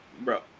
bro